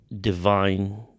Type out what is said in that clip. divine